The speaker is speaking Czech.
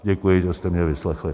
Děkuji, že jste mě vyslechli.